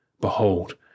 Behold